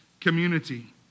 community